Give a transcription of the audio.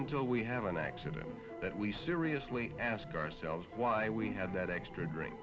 until we have an accident that we seriously ask ourselves why we have that extra drink